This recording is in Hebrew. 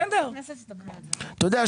אתה יודע,